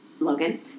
Logan